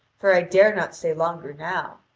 for i dare not stay longer now.